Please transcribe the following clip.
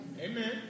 Amen